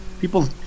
People